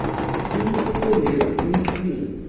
and choose the things that please me,